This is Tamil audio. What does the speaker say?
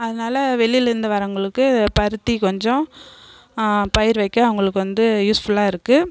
அதனால வெளிலேருந்து வரவர்களுக்கு பருத்தி கொஞ்சம் பயிர் வைக்க அவங்களுக்கு வந்து யூஸ்ஃபுல்லாக இருக்குது